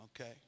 okay